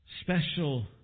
special